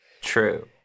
True